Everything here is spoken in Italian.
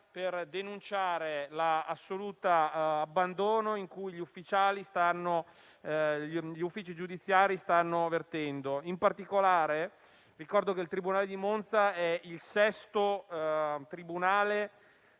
per denunciare l'assoluto abbandono degli uffici giudiziari. Ricordo, in particolare, che il tribunale di Monza è il sesto tribunale